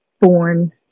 born